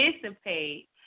participate